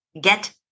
get